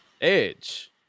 Edge